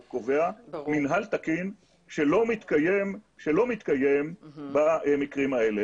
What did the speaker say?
קובע מינהל תקין שלא מתקיים במקרים האלה.